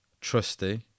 trusty